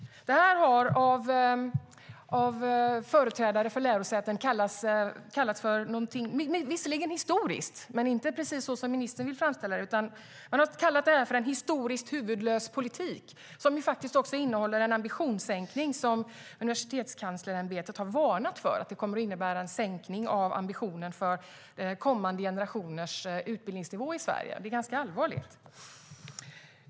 Det här har av företrädare för lärosäten visserligen kallats någonting historiskt, men inte precis historiskt på det sätt ministern vill framställa det - man har kallat det en historiskt huvudlös politik som faktiskt innehåller en ambitionssänkning. Universitetskanslerämbetet har varnat för att det kommer att innebära en sänkning av ambitionen för kommande generationers utbildningsnivå i Sverige. Det är ganska allvarligt.